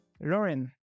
Lauren